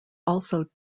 also